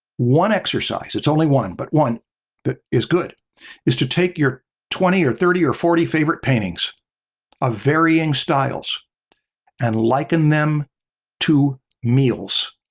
one exercise, it's only one but one that is good is to take your twenty or thirty or forty favorite paintings of ah varying styles and liken them to meals,